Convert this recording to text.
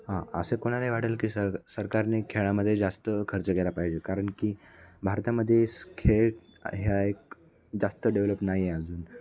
हां असं कोणालाही वाटेल की सर सरकारने खेळामध्ये जास्त खर्च केला पाहिजे कारण की भारतामध्येस खेळ ह्या एक जास्त डेव्हलप नाही आहे अजून